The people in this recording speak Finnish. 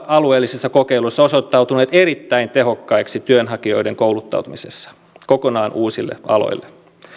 alueellisissa kokeiluissa osoittautunut erittäin tehokkaaksi työnhakijoiden kouluttautumisessa kokonaan uusille aloille